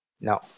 No